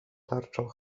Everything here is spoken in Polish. tarczą